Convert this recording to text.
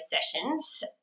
sessions